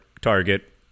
Target